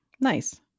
Nice